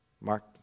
Mark